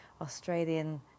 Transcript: Australian